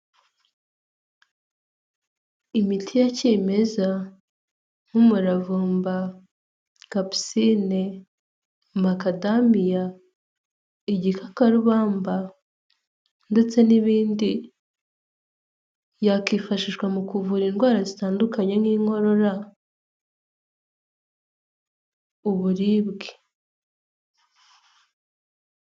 Imiti ya kimeza: nk'umuravumba, kapusine, makadamiya, igikakarubamba ndetse n'ibindi yakwifashishwa mu kuvura indwara zitandukanye nk'inkorora, uburibwe.